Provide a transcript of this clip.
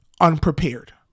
unprepared